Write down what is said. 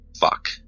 fuck